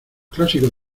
clásicos